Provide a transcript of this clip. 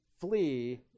Flee